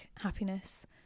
happiness